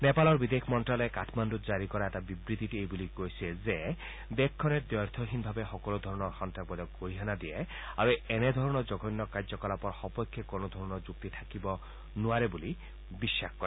নেপালৰ বিদেশ মন্ত্যালয়ে কাঠমাণ্ডুত জাৰী কৰা এটা বিবৃতিত এই বুলি কোৱা হৈছে যে দেশখনে দ্বৈথহীনভাৱে সকলো ধৰণৰ সন্ত্ৰাসবাদক গৰিহণা দিয়ে আৰু এনে ধৰণৰ জঘন্য কাৰ্যকলাপৰ সপক্ষে কোনো ধৰণৰ যুক্তি থাকিব পাৰে বুলি বিশ্বাস নকৰে